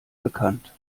bekannt